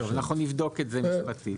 אנחנו נבדוק את זה משפטית.